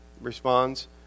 responds